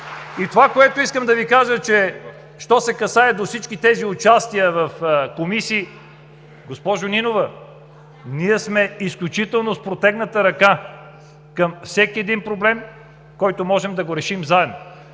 (Ръкопляскания от ГЕРБ.) Що се касае до всички тези участия в комисии, госпожо Нинова, ние сме изключително с протегната ръка към всеки един проблем, който можем да решим заедно.